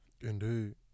Indeed